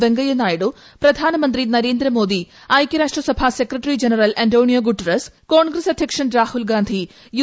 വെങ്കയ്യനായിഡു ക്രൂധ്യൂന്മന്ത്രി നരേന്ദ്രമോദി ഐക്യരാഷ്ട്രസഭ secretary general Antonio ഗുട്ട്റാസ് Congress അധ്യക്ഷൻ Rahul Gandhi U